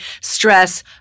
stress